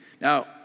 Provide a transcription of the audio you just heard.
Now